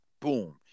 boom